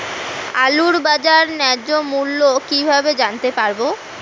আলুর বাজার ন্যায্য মূল্য কিভাবে জানতে পারবো?